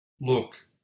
Look